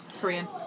Korean